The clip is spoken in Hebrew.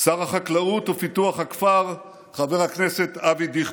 שר החקלאות ופיתוח הכפר, חבר הכנסת אבי דיכטר,